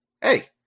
hey